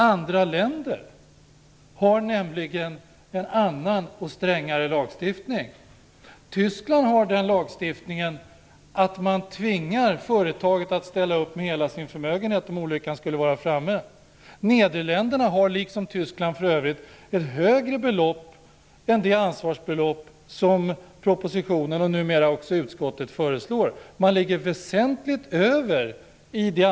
Andra länder har nämligen en annan och strängare lagstiftning. I Tyskland har man en lagstiftning som tvingar företaget att ställa upp med hela sin förmögenhet om olyckan skulle vara framme. I Nederländerna har man, liksom för övrigt i Tyskland, ett högre ansvarsbelopp än det som föreslås i propositionen och numera också av utskottet.